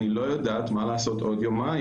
אני לא יודעת מה לעשות בעוד יומיים.